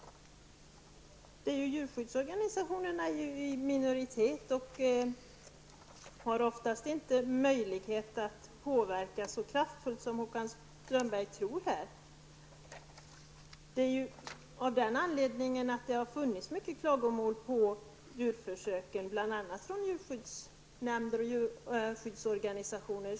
Djurskyddsorganisationerna utgör ju en minoritet och har oftast inte möjlighet att påverka så starkt som Håkan Strömberg tror. Därför har det framförts många klagomål, bl.a. från djurskyddsnämnder och andra djurskyddsorganisationer.